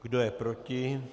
Kdo je proti?